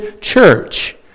church